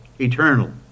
eternal